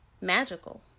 magical